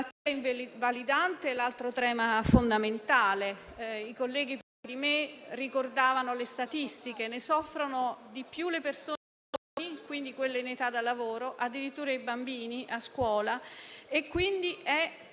malattia invalidante è l'altro tema fondamentale. I colleghi che mi hanno preceduta ricordavano le statistiche: ne soffrono di più le persone giovani, quindi quelle in età da lavoro, addirittura i bambini a scuola